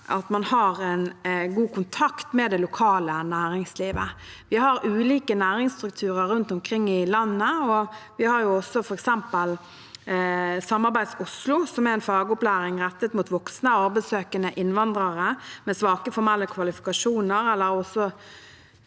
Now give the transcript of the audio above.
at man har god kontakt med det lokale næringslivet, er veldig viktig. Vi har ulike næringsstrukturer rundt omkring i landet. Vi har f.eks. også Samarbeidsmodell Oslo, som er en fagopplæring rettet mot voksne, arbeidssøkende innvandrere med svake formelle kvalifikasjoner